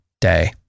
day